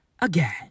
again